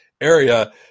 area